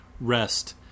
rest